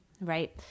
Right